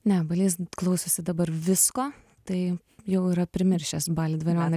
ne balys klausosi dabar visko tai jau yra primiršęs balį dvarioną